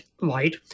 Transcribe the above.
light